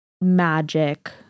magic